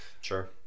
Sure